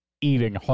Eating